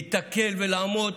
להיתקל ולעמוד